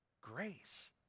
grace